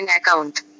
account